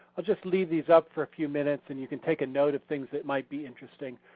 i'll just leave these up for a few minutes and you can take a note of things that might be interesting.